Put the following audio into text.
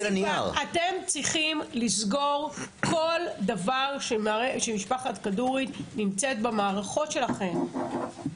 אתם צריכים לסגור כל דבר שמשפחת כדורי נמצאת במערכות שלכם.